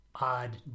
odd